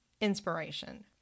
inspiration